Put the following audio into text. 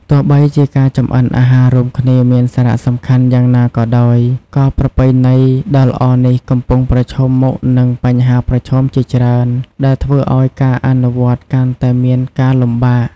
ទោះបីជាការចម្អិនអាហាររួមគ្នាមានសារៈសំខាន់យ៉ាងណាក៏ដោយ ក៏ប្រពៃណីដ៏ល្អនេះកំពុងប្រឈមមុខនឹងបញ្ហាប្រឈមជាច្រើនដែលធ្វើឱ្យការអនុវត្តកាន់តែមានការលំបាក ។